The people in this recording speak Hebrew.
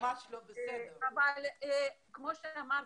כמו שאמרתי,